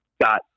got